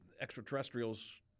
extraterrestrials